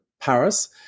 Paris